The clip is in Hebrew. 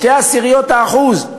שתי עשיריות האחוז,